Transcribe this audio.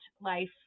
life